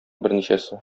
берничәсе